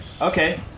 Okay